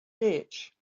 ditch